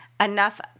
enough